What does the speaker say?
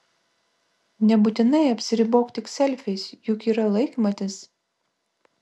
nebūtinai apsiribok tik selfiais juk yra laikmatis